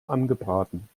angebraten